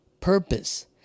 purpose